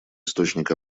источник